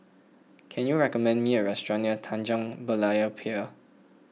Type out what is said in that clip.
can you recommend me a restaurant near Tanjong Berlayer Pier